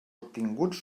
obtinguts